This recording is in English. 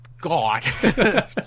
God